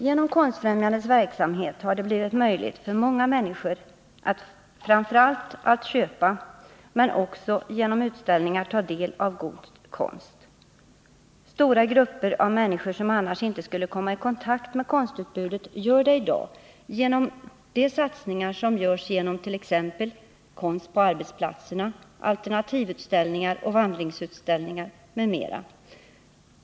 Genom Konstfrämjandets verksamhet har det blivit möjligt för många människor att framför allt köpa men också genom utställningar ta del av god konst. Stora grupper av människor som annars inte skulle komma i kontakt med konstutbudet gör det i dag genom de satsningar som görs genom konst på arbetsplatser, alternativutställningar, vandringsutställningar m.m.